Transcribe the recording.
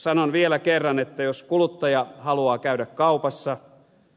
sanon vielä kerran että jos kuluttaja haluaa käydä kaupassa